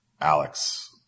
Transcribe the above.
Alex